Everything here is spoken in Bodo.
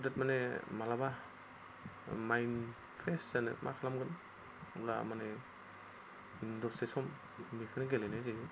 बिराद माने माब्लाबा माइन्ड फ्रेस जानो मा खालामगोन अब्ला माने दसे सम बेखौनो गेलेनाय जायो